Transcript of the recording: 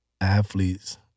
athletes—